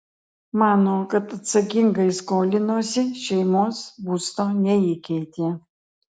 mano kad atsakingai skolinosi šeimos būsto neįkeitė